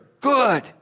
good